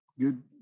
good